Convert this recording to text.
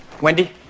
Wendy